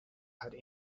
had